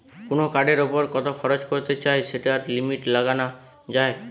কুনো কার্ডের উপর কত খরচ করতে চাই সেটার লিমিট লাগানা যায়